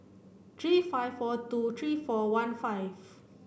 three five four two three four one five